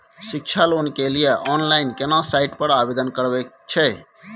शिक्षा लोन के लिए ऑनलाइन केना साइट पर आवेदन करबैक छै?